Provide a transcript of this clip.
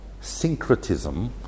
syncretism